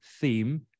theme